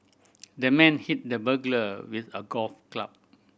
the man hit the burglar with a golf club